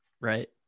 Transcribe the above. Right